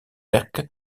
werk